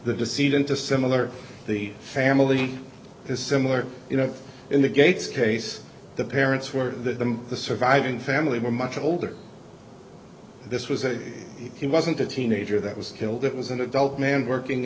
the deceit into similar the family is similar you know in the gates case the parents were the the surviving family were much older this was a he wasn't a teenager that was killed it was an adult man working